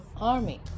army